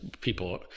people